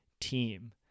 team